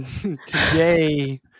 today